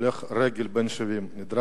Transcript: הולך רגל בן 70 נדרס,